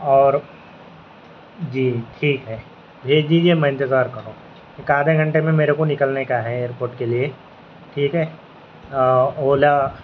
اور جی ٹھیک ہے بھیج دیجیے میں انتظار کر رہا ہوں ایک آدھے گھنٹے میں میرے کو نکلنے کا ہے ایئر پورٹ کے لیے ٹھیک ہے اولا